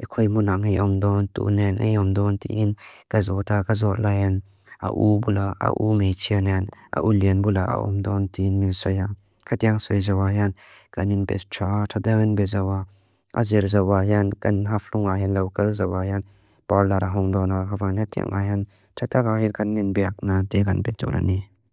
Hei kwey mundanga e omdontunen, e omdontin. Gazoda, gazolayan. A u bula, a u meitianyan. A u len bula, a omdontin. Katiangswey zawayan. Kanin bescha. Tadewen bezawa. Azir zawayan. Kan haflung ayan. Lawkal zawayan. Parlar ahondona. Ghavanetian ayan. Tata gahir kanin beakna. Digan beturini.